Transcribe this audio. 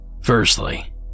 firstly